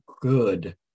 good